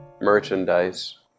merchandise